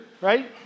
right